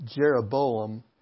Jeroboam